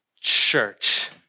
church